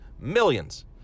millions